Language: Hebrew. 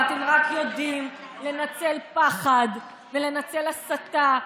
ואתם רק יודעים לנצל פחד ולנצל הסתה.